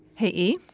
hey e?